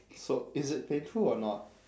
so is it painful or not